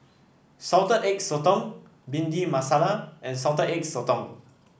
Salted Egg Sotong Bhindi Masala and Salted Egg Sotong